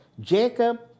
Jacob